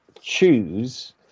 choose